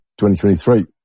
2023